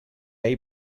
ahir